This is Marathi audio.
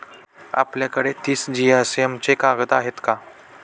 आपल्याकडे तीस जीएसएम चे कागद आहेत का?